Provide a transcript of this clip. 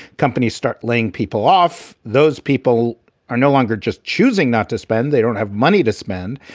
companies start laying people off. those people are no longer just choosing not to spend. they don't have money to spend.